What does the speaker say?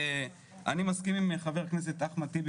אני מסכים עם חבר הכנסת אחמד טיבי,